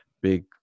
big